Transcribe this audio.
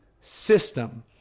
system